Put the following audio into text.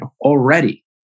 already